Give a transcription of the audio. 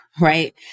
right